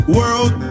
world